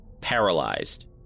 paralyzed